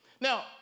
Now